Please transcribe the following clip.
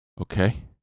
Okay